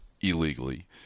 illegally